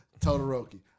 Todoroki